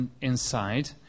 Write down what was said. inside